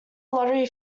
lottery